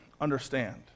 understand